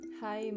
hi